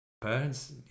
parents